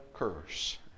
Curse